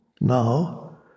now